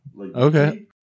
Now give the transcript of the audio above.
Okay